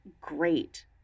great